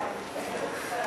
שאלה נוספת.